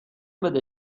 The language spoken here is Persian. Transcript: بده